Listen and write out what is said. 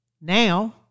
Now